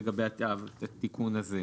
לגבי התיקון הזה.